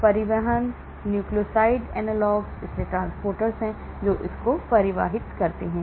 परिवहन nucleoside analogues इसलिए transporters हैं जो परिवहन करते हैं